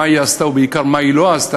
מה היא עשתה ובעיקר מה היא לא עשתה,